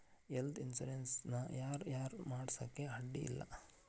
Health insurance ನ ಯಾರ್ ಯಾರ್ ಮಾಡ್ಸ್ಲಿಕ್ಕೆ ಅಡ್ಡಿ ಇಲ್ಲಾ?